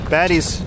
Baddies